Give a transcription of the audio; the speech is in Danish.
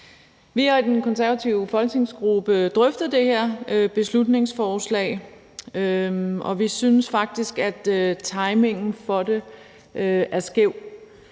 Vi har i den konservative folketingsgruppe drøftet det her beslutningsforslag, og vi synes faktisk, at timingen for det er skæv.